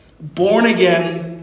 born-again